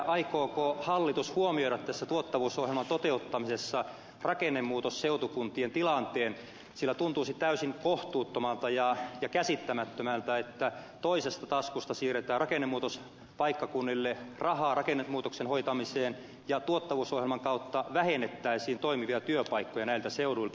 aikooko hallitus huomioida tässä tuottavuusohjelman toteuttamisessa rakennemuutosseutukuntien tilanteen sillä tuntuisi täysin kohtuuttomalta ja käsittämättömältä että toisesta taskusta siirretään rakennemuutospaikkakunnille rahaa rakennemuutoksen hoitamiseen ja tuottavuusohjelman kautta vähennettäisiin toimivia työpaikkoja näiltä seuduilta